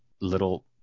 little